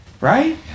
Right